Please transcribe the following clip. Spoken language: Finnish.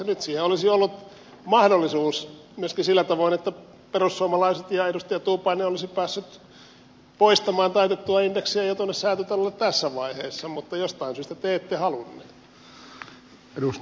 nyt siihen olisi ollut mahdollisuus myöskin sillä tavoin että perussuomalaiset ja edustaja tuupainen olisivat päässeet poistamaan taitettua indeksiä jo säätytalolle tässä vaiheessa mutta jostain syystä te ette halunneet